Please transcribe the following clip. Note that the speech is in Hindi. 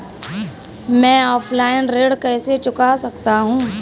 मैं ऑफलाइन ऋण कैसे चुका सकता हूँ?